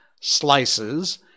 slices